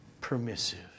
permissive